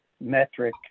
metric